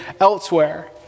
elsewhere